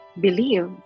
believe